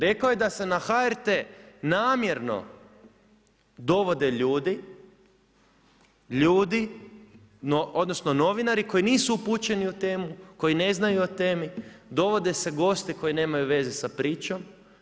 Rekao je da se na HRT namjerno dovode ljudi, ljudi, odnosno, novinari koji nisu upućeni o temi, koji ne znaju o temi, dovode se gosti koji nemaju veze s pričom.